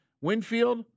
Winfield